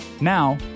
Now